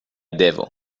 devo